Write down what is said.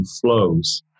flows